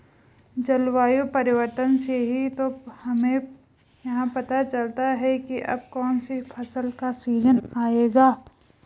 जलवायु परिवर्तन से ही तो हमें यह पता चलता है की अब कौन सी फसल का सीजन आयेगा